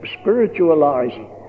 spiritualizing